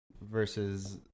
versus